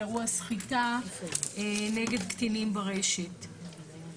באירוע סחיטה נגד קטינים ברשת.